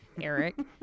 Eric